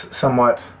somewhat